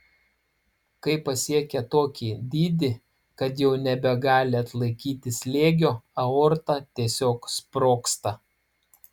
kai pasiekia tokį dydį kad jau nebegali atlaikyti slėgio aorta tiesiog sprogsta